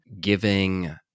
giving